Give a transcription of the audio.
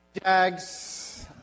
Jags